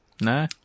no